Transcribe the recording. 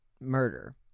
murder